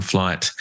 Flight